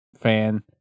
fan